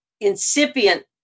incipient